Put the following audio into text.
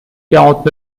quarante